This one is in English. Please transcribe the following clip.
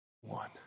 one